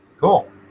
Cool